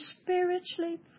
spiritually